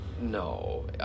No